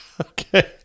Okay